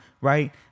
right